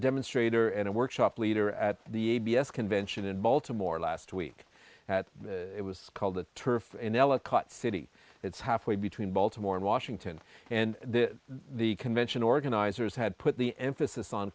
demonstrator and workshop leader at the a b s convention in baltimore last week at it was called the turf in ellicott city it's halfway between baltimore and washington and the the convention organizers had put the emphasis on